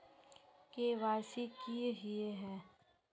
KYC की हिये है?